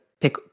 pick